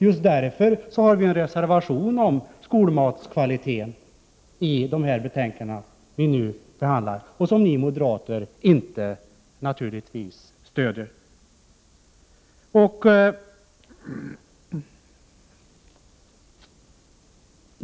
Just därför har vi avgivit en reservation om skolmatskvalitet i ett av de betänkanden som nu behandlas, men ni moderater stöder naturligtvis inte heller denna reservation.